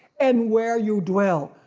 and where you dwell,